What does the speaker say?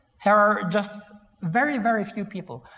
here are just very, very few people.